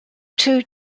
two